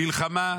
המלחמה.